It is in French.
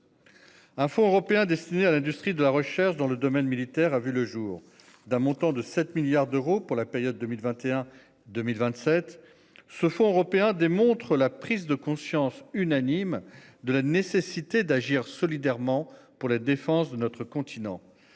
Un fonds européens destinés à l'industrie de la recherche dans le domaine militaire a vu le jour, d'un montant de 7 milliards d'euros pour la période 2021 2027. Ce fonds européens. La prise de conscience unanime de la nécessité d'agir solidairement pour la défense de notre continent,